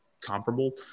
comparable